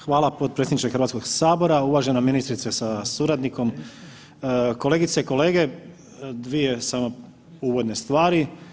Hvala potpredsjedniče Hrvatskog sabora uvažena ministrice sa suradnikom, kolegice i kolege, dvije samo uvodne stvari.